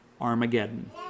Armageddon